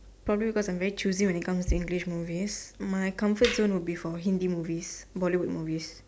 probably because I'm very choosy when it comes to English movies my comfort zone would be for Hindi movies Bollywood movies